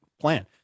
Plan